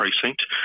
precinct